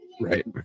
Right